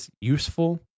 useful